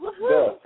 Woohoo